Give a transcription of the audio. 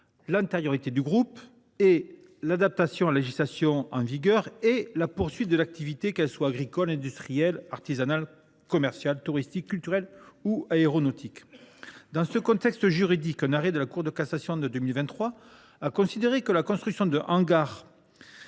l’antériorité du trouble, l’adaptation à la législation en vigueur et la poursuite de l’activité, qu’elle soit agricole, industrielle, artisanale, commerciale, touristique, culturelle ou aéronautique. Dans ce contexte juridique, un arrêt de la Cour de cassation de 2023 a considéré que, dans un village